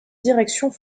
directions